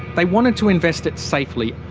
they wanted to invest it safely,